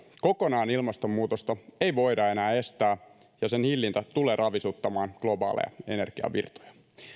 kokonaan ilmastonmuutosta ei voida enää estää ja sen hillintä tulee ravisuttamaan globaaleja energiavirtoja